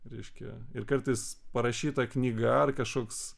reiškia ir karatais parašyta knyga ar kažkoks